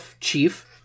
chief